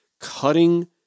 cutting